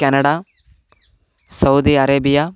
Canada Saudi Arabia